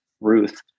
Ruth